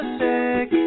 sick